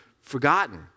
forgotten